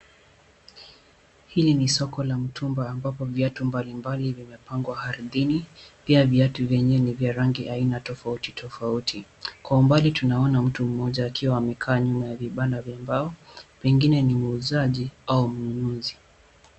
Hili ni soko la mtumba ambapo viatu mbalimbali vimepangwa ardhini. Pia viatu vyenyewe ni vya rangi aina tofauti tofauti. Kwa umbali tunaona mtu mmoja akiwa amekaa nyuma ya vibanda vya mbao, pengine ni muuzaji au mnunuzi.